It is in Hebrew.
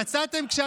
יצאנו כבר למבצע כזה.